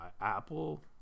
Apple